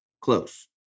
close